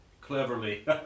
cleverly